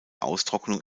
austrocknung